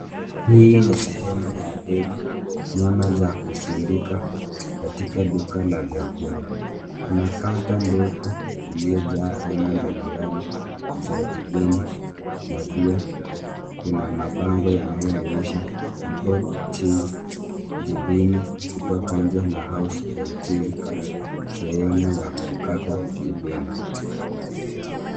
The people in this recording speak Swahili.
Hii ni sehemu ya deli nyama za kusindika katika duka la vyakula , kuna kaunta ndefu iliojaa aina mbali mbali za jibini na pia kuna mabango yanaonyesha import cheese jibini kutoka nje na house of cheese cut sehemu ya kukata jibini.